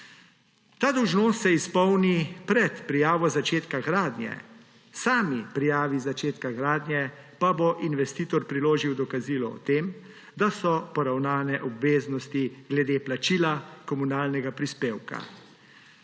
Ta dolžnost se izpolni pred prijavo začetka gradnje, ob sami prijavi začetka gradnje pa bo investitor priložil dokazilo o tem, da so poravnane obveznosti glede plačila komunalnega prispevka.